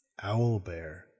owlbear